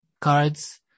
cards